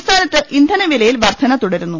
സംസ്ഥാനത്ത് ഇന്ധന പിലയിൽ വർധന തുടരുന്നു